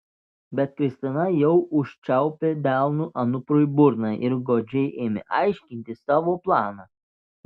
bet kristina jau užčiaupė delnu anuprui burną ir godžiai ėmė aiškinti savo planą